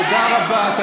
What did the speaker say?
תודה רבה.